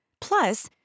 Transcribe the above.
Plus